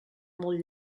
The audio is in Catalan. molt